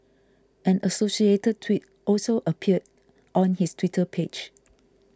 an associated tweet also appeared on his Twitter page